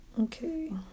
Okay